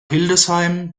hildesheim